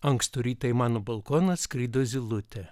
ankstų rytą į mano balkoną atskrido zylutė